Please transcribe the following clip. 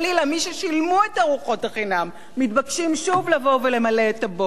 מי ששילמו את ארוחות החינם מתבקשים שוב לבוא ולמלא את הבור.